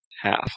half